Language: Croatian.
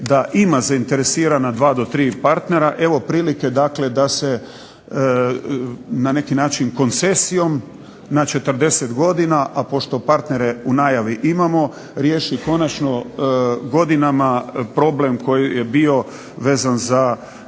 da ima zainteresirana 2 do 3 partnera, evo prilike da se na neki način koncesijom na 40 godina, a pošto partnere u najavi imamo, riješi konačno godinama problem koji je bio vezan za